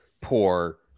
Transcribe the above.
poor